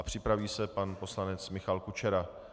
Připraví se pan poslanec Michal Kučera.